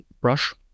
brush